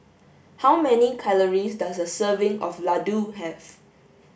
how many calories does a serving of Ladoo have